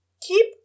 Keep